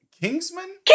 Kingsman